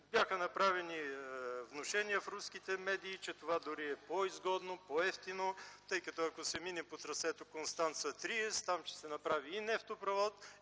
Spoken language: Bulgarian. Бяха направени внушения в руските медии, че това дори е по-изгодно, по-евтино, тъй като ако се мине по трасето Констанца-Триест, там ще се направи и нефтопровод,